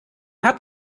hat